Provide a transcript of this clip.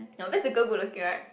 because the girl good looking right